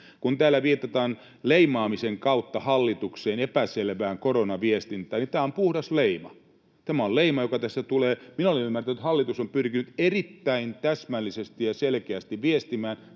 Kun täällä viitataan leimaamisen kautta hallituksen epäselvään koronaviestintään, niin tämä on puhdas leima. Tämä on leima, joka tästä tulee. Minä olen ymmärtänyt, että hallitus on pyrkinyt erittäin täsmällisesti ja selkeästi viestimään